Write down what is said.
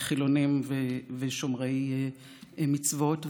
חילונים ושומרי מצוות.